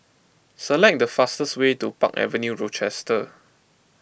select the fastest way to Park Avenue Rochester